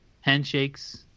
handshakes